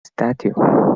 statue